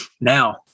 now